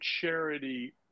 charity